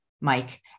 Mike